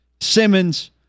Simmons